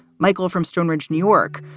michael from stoneridge, new york,